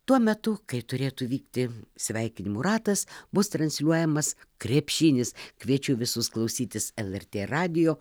tuo metu kai turėtų vykti sveikinimų ratas bus transliuojamas krepšinis kviečiu visus klausytis el er t radijo